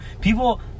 people